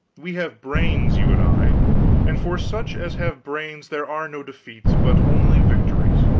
we have brains, you and i and for such as have brains there are no defeats, but only victories.